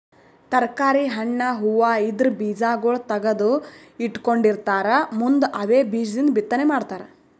ತರ್ಕಾರಿ, ಹಣ್ಣ್, ಹೂವಾ ಇದ್ರ್ ಬೀಜಾಗೋಳ್ ತಗದು ಇಟ್ಕೊಂಡಿರತಾರ್ ಮುಂದ್ ಅವೇ ಬೀಜದಿಂದ್ ಬಿತ್ತನೆ ಮಾಡ್ತರ್